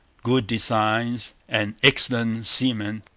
good designs, and excellent seamen,